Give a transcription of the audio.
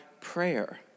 prayer